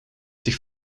zich